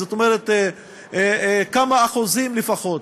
כלומר כמה אחוזים לפחות,